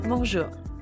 Bonjour